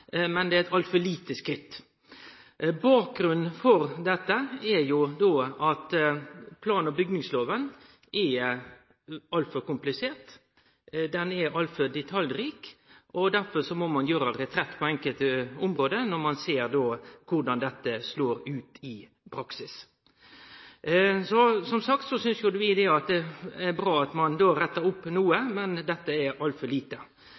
er eit altfor lite skritt. Bakgrunnen for dette er at plan- og bygningsloven er altfor komplisert, han er altfor detaljrik, og derfor må ein gjere retrett på enkelte område når ein ser korleis dette slår ut i praksis. Som sagt synest vi det er bra at ein rettar opp noko, men dette er altfor lite.